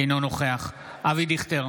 אינו נוכח אבי דיכטר,